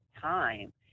time